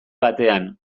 batean